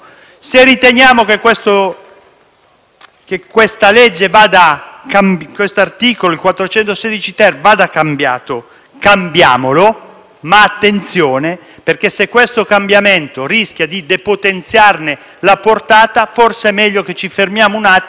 Se riteniamo che l'articolo 416-*ter* vada cambiato, cambiamolo; ma attenzione: se questo cambiamento rischia di depotenziarne la portata, forse è meglio che ci fermiamo un attimo ed evitiamo siffatto rischio. *(Applausi